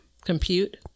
compute